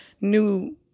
new